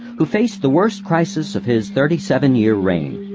who faced the worst crisis of his thirty seven year reign.